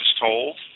told